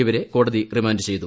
ഇവരെ കോടതി റിമാൻഡ് ചെയ്തു